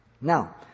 Now